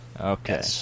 Okay